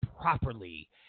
properly